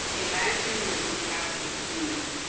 imagine we would have the tool,